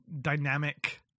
dynamic